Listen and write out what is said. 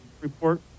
report